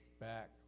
back